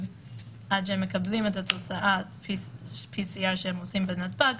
עד שהם מקבלים את תוצאת PCR שהם עושים בנתב"ג.